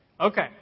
Okay